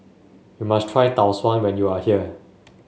you must try Tau Suan when you are here